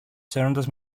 σέρνοντας